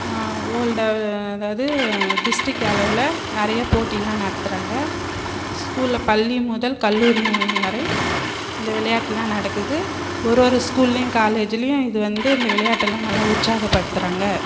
world அதாவது district அளவில் நிறைய போட்டி எல்லாம் நடத்துறாங்க ஸ்கூலில் பள்ளி முதல் கல்லூரி வரை இந்த விளையாட்டுல்லாம் நடக்குது ஒரு ஒரு ஸ்கூல்லையும் காலேஜிலையும் இது வந்து இந்த விளையாட்டெல்லாம் நல்லா உற்சாகப்படுத்துறாங்க